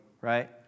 right